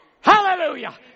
Hallelujah